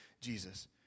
Jesus